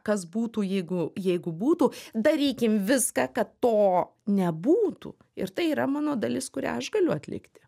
kas būtų jeigu jeigu būtų darykim viską kad to nebūtų ir tai yra mano dalis kurią aš galiu atlikti